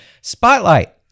Spotlight